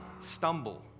stumble